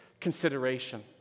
consideration